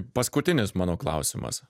paskutinis mano klausimas